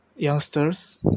Youngsters